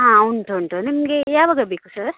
ಹಾಂ ಉಂಟು ಉಂಟು ನಿಮಗೆ ಯಾವಾಗ ಬೇಕು ಸರ್